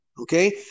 Okay